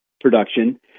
production